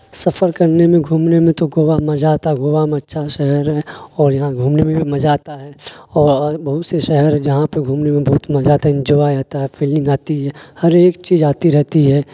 سفر کرنے میں گھومنے میں تو گوا مزہ آتا ہے گوا میں اچھا شہر ہے اور یہاں گھومنے میں بھی مزہ آتا ہے اور بہت سے شہر ہیں جہاں پہ گھومنے میں بہت مزہ آتا ہے انجوائے آتا ہے فیلنگ آتی ہے ہر ایک چیز آتی رہتی ہے